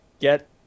get